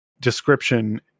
description